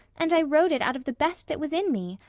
and i wrote it out of the best that was in me.